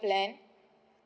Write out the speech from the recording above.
plan